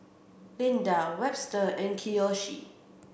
Linda Webster and Kiyoshi